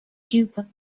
cuba